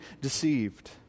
deceived